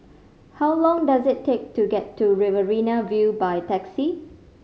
how long does it take to get to Riverina View by taxi